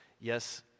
yes